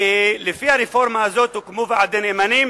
ולפי הרפורמה הזאת הוקמו ועדי נאמנים